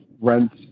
rents